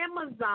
Amazon